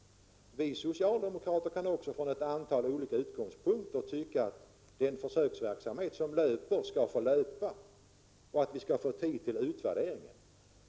Vi socialdemokrater kan också från ett antal olika utgångspunkter tycka att den försöksverksamhet som pågår skall få löpa och att vi skall få tid till utvärdering.